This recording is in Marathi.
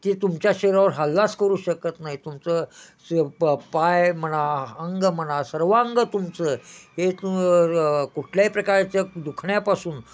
ते तुमच्या शरीरावर हल्लाच करू शकत नाही तुमचं स प पाय म्हणा अंग म्हणा सर्वांंग तुमचं हे कुठल्याही प्रकारच्या दुखण्यापासून